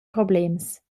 problems